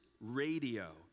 radio